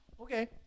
Okay